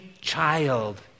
child